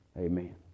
amen